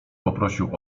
poprosił